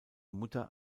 mutter